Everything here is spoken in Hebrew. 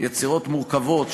יצירות מורכבות,